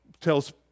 tells